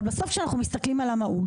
אבל בסוף כשאנחנו מסתכלים על המהות,